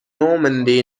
normandy